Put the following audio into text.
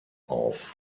auf